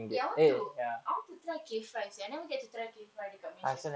eh I want to I want to try K fry seh I never get to try K fry dekat malaysia